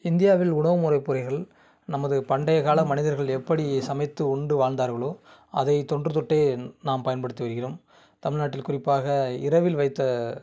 இந்தியாவில் உணவுமுறை பொருள்கள் நமது பண்டைய கால மனிதர்கள் எப்படி சமைத்து உண்டு வாழ்ந்தார்களோ அதை தொன்றுதொட்டே நாம் பயன்படுத்தி வருகிறோம் தமிழ் நாட்டில் குறிப்பாக இரவில் வைத்த